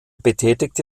betätigte